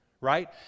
right